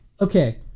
okay